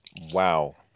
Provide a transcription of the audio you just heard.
Wow